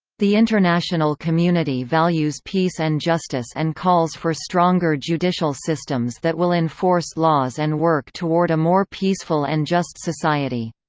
the international community values peace and justice and calls for stronger judicial systems that will enforce laws and work toward a more peaceful and just society.